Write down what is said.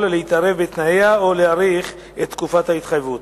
להתערב בתנאיה או להאריך את תקופת ההתחייבות.